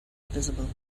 visible